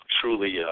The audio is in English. truly